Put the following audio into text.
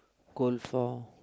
goal for